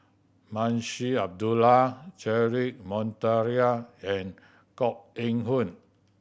Munshi Abdullah Cedric Monteiro and Koh Eng Hoon